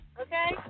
okay